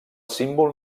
símbol